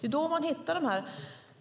Det är då man hittar de